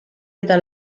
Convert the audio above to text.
eta